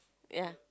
ya